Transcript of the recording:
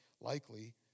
likely